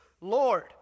Lord